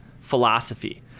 philosophy